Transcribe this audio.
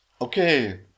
Okay